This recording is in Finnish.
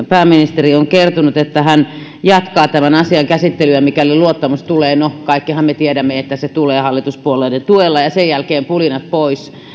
pääministeri on kertonut että hän jatkaa tämän asian käsittelyä mikäli luottamus tulee no kaikkihan me tiedämme että se tulee hallituspuolueiden tuella ja sen jälkeen pulinat pois